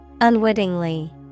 Unwittingly